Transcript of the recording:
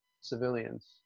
civilians